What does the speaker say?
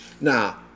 now